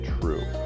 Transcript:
true